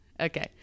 Okay